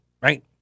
right